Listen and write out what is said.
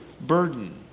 burden